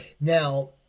Now